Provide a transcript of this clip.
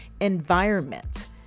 environment